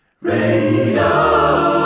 radio